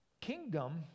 kingdom